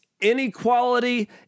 inequality